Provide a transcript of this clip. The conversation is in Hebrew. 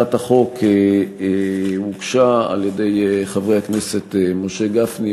הצעת החוק הוגשה על-ידי חברי הכנסת משה גפני,